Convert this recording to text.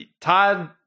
Todd